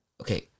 Okay